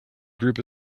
group